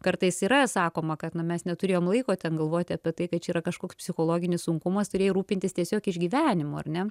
kartais yra sakoma kad nu mes neturėjom laiko ten galvoti apie tai kad čia yra kažkoks psichologinis sunkumas turėjo rūpintis tiesiog išgyvenimu ar ne